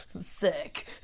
Sick